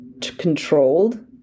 controlled